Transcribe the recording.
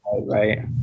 right